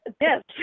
Yes